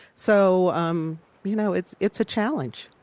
so um you know, it's it's a challenge.